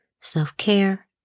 self-care